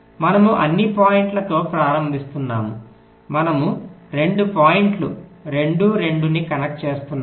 మనము అన్ని పాయింట్లతో ప్రారంభిస్తున్నాము మనము 2 పాయింట్లు 2 2 ని కనెక్ట్ చేస్తున్నాము